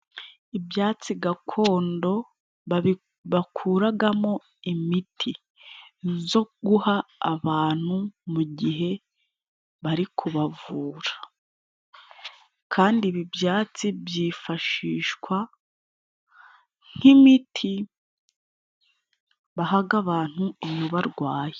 Ibyatsi gakondo bakuragamo imiti zo guha abantu mu gihe bari kubavura kandi ibi byatsi byifashishwa nk'imiti bahaga abantu iyo barwaye.